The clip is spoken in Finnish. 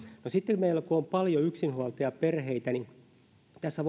no sitten kun meillä on paljon yksinhuoltajaperheitä niin tässä